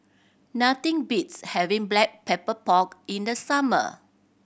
nothing beats having Black Pepper Pork in the summer